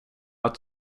att